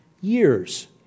years